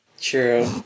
True